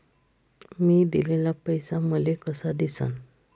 मी दिलेला पैसा मले कसा दिसन?